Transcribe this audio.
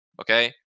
okay